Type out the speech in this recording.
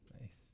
nice